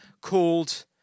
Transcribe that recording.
called